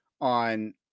on